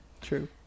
True